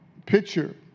Picture